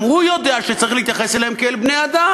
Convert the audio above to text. הוא יודע שצריך להתייחס אליהם כאל בני-אדם.